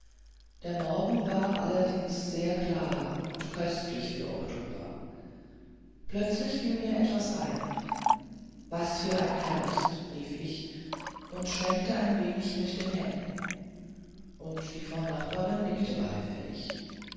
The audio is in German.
der morgen war allerdings sehr klar und köstlich für oktober plötzlich fiel mir etwas ein was für ein herbst rief ich und schwenkte ein wenig mit den händen und die frau nachbarin nickte beifällig